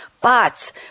Bots